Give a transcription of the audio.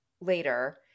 later